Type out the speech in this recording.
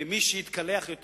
למי שיתקלח יותר